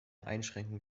einschränkung